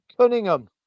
Cunningham